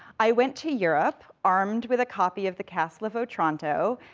i went to europe armed with a copy of the castle of otranto,